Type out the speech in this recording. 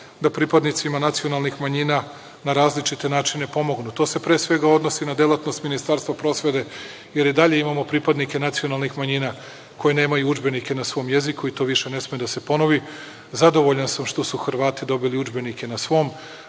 da pripadnicima nacionalnih manjina na različite načine pomognu. To se pre svega odnosi na delatnost Ministarstva prosvete jer i dalje imamo pripadnike nacionalnih manjina koje nemaju udžbenike na svom jeziku i to više ne sme da se ponovi. Zadovoljan sam što su Hrvati dobili udžbenike na svom